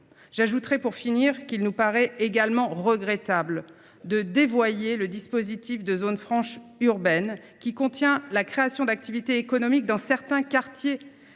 J’ajouterai, pour finir, qu’il nous paraît également regrettable de dévoyer le dispositif des zones franches urbaines, qui soutient la création d’activité économique dans certains quartiers